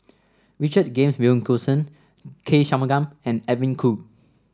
Richard James Wilkinson K Shanmugam and Edwin Koo